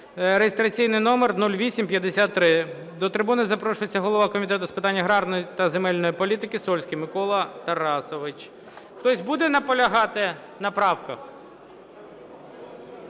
(реєстраційний номер 0853). До трибуни запрошується голова Комітету з питань аграрної та земельної політики Сольський Микола Тарасович. Хтось буде наполягати на правках?